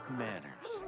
manners